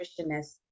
nutritionist